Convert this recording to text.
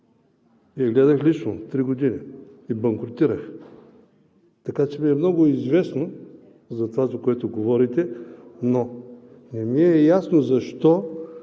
и я гледах лично три години, и банкрутирах. Така че много ми е известно това, за което говорите, но не ми е ясно защо